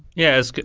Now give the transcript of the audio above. yes.